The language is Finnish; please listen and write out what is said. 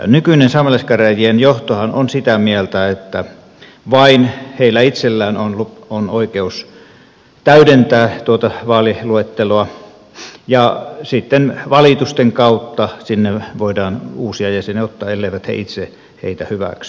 nykyinen saamelaiskäräjien johtohan on sitä mieltä että vain heillä itsellään on oikeus täydentää tuota vaaliluetteloa ja sitten valitusten kautta sinne voidaan uusia jäseniä ottaa elleivät he itse heitä hyväksy